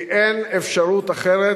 כי אין אפשרות אחרת,